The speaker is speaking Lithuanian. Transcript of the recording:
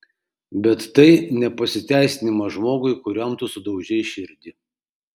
bet tai ne pasiteisinimas žmogui kuriam tu sudaužei širdį